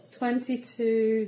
twenty-two